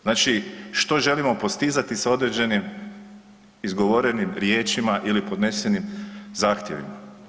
Znači što želimo postizati sa određenim izgovorenim riječima ili podnesenim zahtjevima.